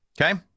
Okay